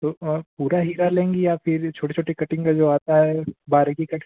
तो पूरा हीरा लेंगी या फिर छोटे छोटे कटिंग का जो आता है बारीकी कट